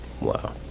Wow